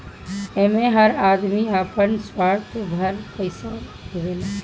एमे हर आदमी अपना सामर्थ भर पईसा देवेला